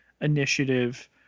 Initiative